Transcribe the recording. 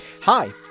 Hi